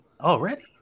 already